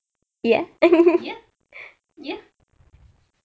ya ya ya